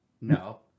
No